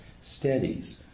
steadies